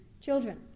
children